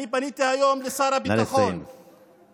פניתי היום לשר הביטחון, נא לסיים.